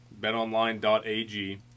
betonline.ag